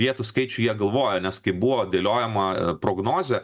vietų skaičių jie galvojo nes kai buvo dėliojama prognozė